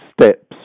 steps